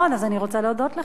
נכון, אז אני רוצה להודות לך.